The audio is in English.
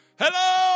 Hello